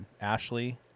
Ashley